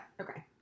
Okay